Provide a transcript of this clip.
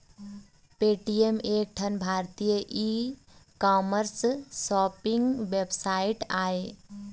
Paytm एक ठन भारतीय ई कामर्स सॉपिंग वेबसाइट आय